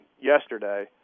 yesterday